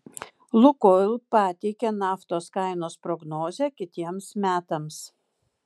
lukoil pateikė naftos kainos prognozę kitiems metams